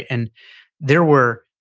and there were,